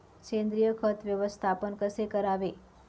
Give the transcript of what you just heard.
सेंद्रिय खत व्यवस्थापन कसे करावे?